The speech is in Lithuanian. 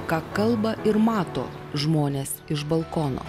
ką kalba ir mato žmonės iš balkono